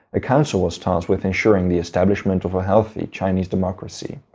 a council was tasked with ensuring the establishment of a healthy chinese democracy.